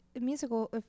musical